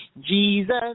Jesus